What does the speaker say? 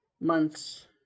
months